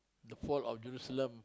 the whole of Jerusalem